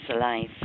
life